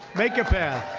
make a path.